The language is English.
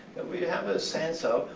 we we have a sense of,